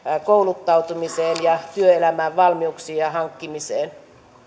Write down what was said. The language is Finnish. kouluttautumiseen ja työelämään valmiuksien hankkimiseen